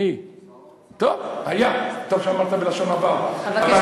היה מומחה, מי?